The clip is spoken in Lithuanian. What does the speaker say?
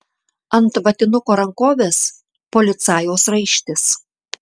ant vatinuko rankovės policajaus raištis